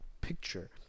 picture